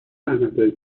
زحمتایی